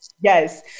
Yes